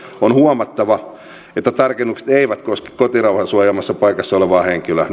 on huomattava että tarkennukset eivät koske kotirauhan suojaamassa paikassa olevaa henkilöä